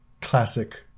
classic